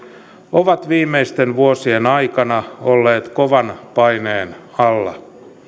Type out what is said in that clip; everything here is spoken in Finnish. ovat viimeisten vuosien aikana olleet kovan paineen alla